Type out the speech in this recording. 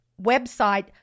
website